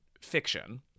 fiction